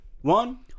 one